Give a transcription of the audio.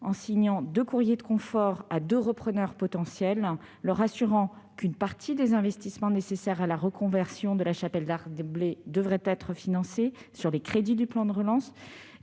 en signant un courrier de confort à deux repreneurs potentiels, leur assurant qu'une partie des investissements nécessaires à la reconversion de l'usine Chapelle Darblay devraient être financés sur les crédits du plan de relance.